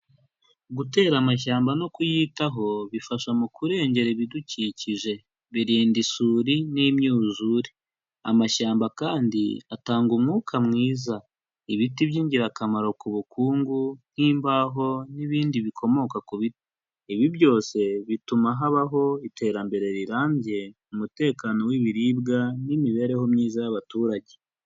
Gutera amashyamba no kuyitaho bifasha mu kurengera ibidukikije, birinda isuri n'imyuzure. Amashyamba kandi atanga umwuka mwiza, ibiti by'ingirakamaro ku bukungu nk'imbaho n'ibindi bikomoka ku biti, ibi byose bituma habaho iterambere rirambye, umutekano w'ibiribwa n'imibereho myiza y'abaturage.